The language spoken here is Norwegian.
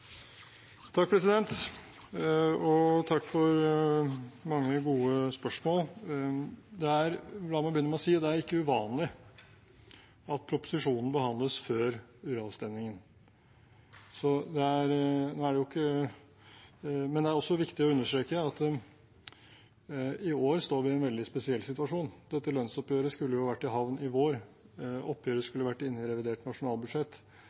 Takk for mange gode spørsmål. La meg begynne med å si at det ikke er uvanlig at proposisjonen behandles før uravstemningen. Men det er også viktig å understreke at i år står vi en veldig spesiell situasjon. Dette lønnsoppgjøret skulle vært i havn i vår, og oppgjøret skulle vært inne i revidert nasjonalbudsjett.